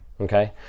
okay